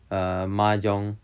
uh mahjong